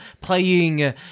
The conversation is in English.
playing